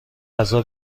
غذا